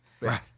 Right